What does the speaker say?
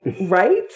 right